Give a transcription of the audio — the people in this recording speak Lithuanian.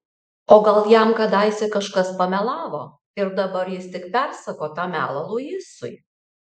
o gal jam kadaise kažkas pamelavo ir dabar jis tik persako tą melą luisui